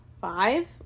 five